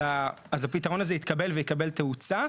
אז הפתרון הזה יתקבל ויקבל תאוצה,